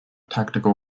tactical